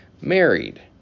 married